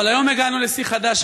אבל היום הגענו לשיא חדש.